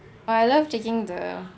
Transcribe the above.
oh I love taking the